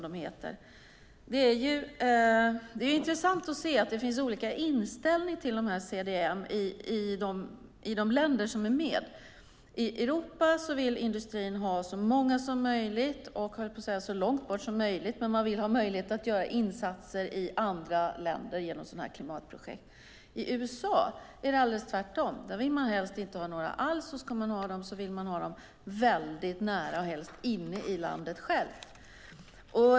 Det är intressant att se att inställningen till CDM är olika i de länder som är med. I Europa vill industrin ha så många som möjligt och, höll jag på att säga, så långt borta som möjligt. Man vill genom sådana klimatprojekt ha möjlighet att göra insatser i andra länder. I USA är det tvärtom. Där vill man helst inte ha några alls, och ska man ha några vill man ha dem nära, helst inom landet.